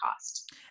cost